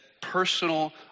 personal